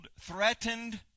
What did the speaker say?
threatened